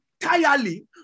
entirely